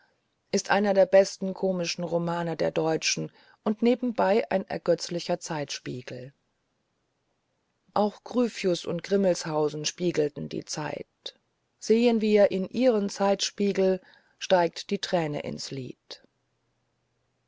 ist einer der besten komischen romane der deutschen und nebenbei ein ergötzlicher zeitspiegel auch gryphius und grimmelshausen spiegelten die zeit sehen wir in ihren zeitspiegel steigt die träne ins